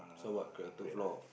so what character flaw